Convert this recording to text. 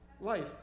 Life